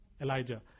Elijah